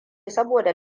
saboda